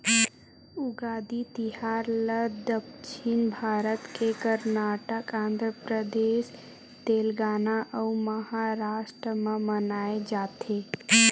उगादी तिहार ल दक्छिन भारत के करनाटक, आंध्रपरदेस, तेलगाना अउ महारास्ट म मनाए जाथे